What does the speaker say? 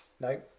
No